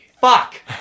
Fuck